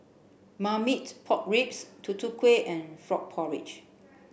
Marmite Pork Ribs tutu Kueh and frog porridge